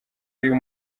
uyu